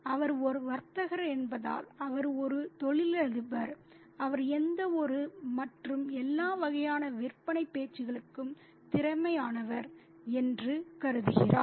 அவர் ஒரு வர்த்தகர் என்பதால் அவர் ஒரு தொழிலதிபர் அவர் எந்தவொரு மற்றும் எல்லா வகையான விற்பனைப் பேச்சுக்களுக்கும் திறமையானவர் என்று அவர் கருதுகிறார்